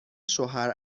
شوهر